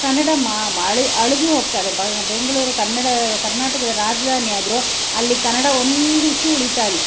ಕನ್ನಡ ಮಾ ಅಳಿದು ಹೋಗ್ತದೆ ಬೆಂಗಳೂರು ಕನ್ನಡ ಕರ್ನಾಟಕದ ರಾಜಧಾನಿ ಆದರೂ ಅಲ್ಲಿ ಕನ್ನಡ ಒಂದಿಷ್ಟು ಉಳಿತಾ ಇಲ್ಲ